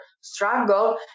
struggle